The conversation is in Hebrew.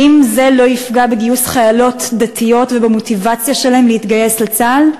האם זה לא יפגע בגיוס חיילות דתיות ובמוטיבציה שלהן להתגייס לצה"ל?